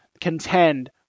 contend